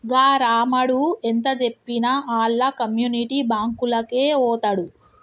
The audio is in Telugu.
గా రామడు ఎంతజెప్పినా ఆళ్ల కమ్యునిటీ బాంకులకే వోతడు